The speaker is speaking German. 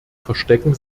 verstecken